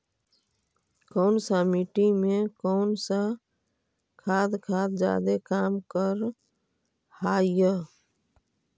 कौन सा मिट्टी मे कौन सा खाद खाद जादे काम कर हाइय?